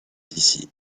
d’ici